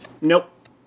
Nope